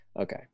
Okay